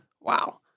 Wow